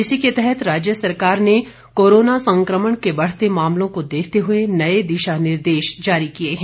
इसी के तहत राज्य सरकार ने कोरोना संक्रमण के बढ़ते मामलों को देखते हुए नए दिशा निर्देश जारी किए हैं